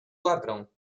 ladrão